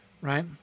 right